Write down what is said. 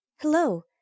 Hello